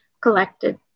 collected